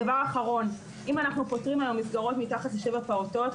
דבר אחרון אם אנחנו פוטרים היום מסגרות מתחת לשבעה פעוטות,